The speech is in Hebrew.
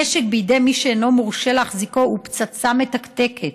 נשק בידי מי שאינו מורשה להחזיקו הוא פצצה מתקתקת,